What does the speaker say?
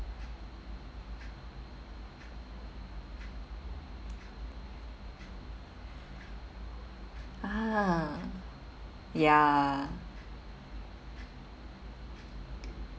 ah ya